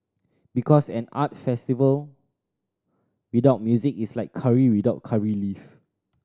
because an art festival without music is like curry without curry leaf